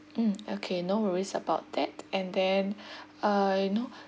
mm okay no worries about that and then uh you know